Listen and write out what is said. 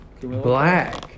Black